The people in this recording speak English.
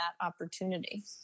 opportunity